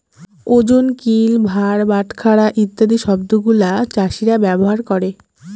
ওজন, কিল, ভার, বাটখারা ইত্যাদি শব্দগুলা চাষীরা ব্যবহার করে